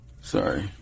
sorry